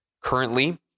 currently